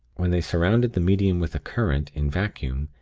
when they surrounded the medium with a current, in vacuum,